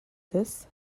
this